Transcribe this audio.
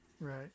Right